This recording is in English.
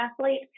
athlete